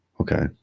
Okay